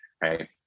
right